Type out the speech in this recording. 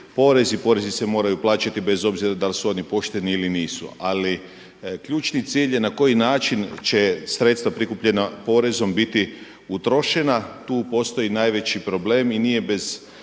porezi se moraju plaćati bez obzira da li su oni pošteni ili nisu. Ali ključni cilj je na koji način će sredstva prikupljena porezom biti utrošena. Tu postoji najveći problem i nije bez